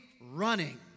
running